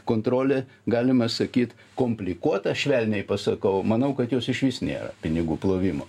kontrolė galima sakyt komplikuota švelniai pasakau manau kad jos išvis nėra pinigų plovimo